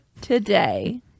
today